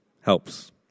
helps